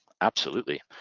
absolutely.